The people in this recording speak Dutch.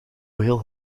heel